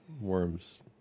worms